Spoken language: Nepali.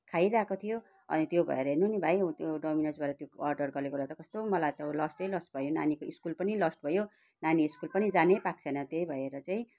खाइरहेको थियो अनि त्यो भएर हेर्नु नि भाइ उ त्यो डोमिनोसबाट त्यो अर्डर गरेकोले त कस्तो मलाई त लस्टै लस भयो नानीको स्कुल पनि लस भयो नानी स्कुल पनि जानै पाएकै छैन त्यही भएर चाहिँ